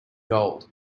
gold